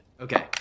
Okay